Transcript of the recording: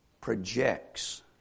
projects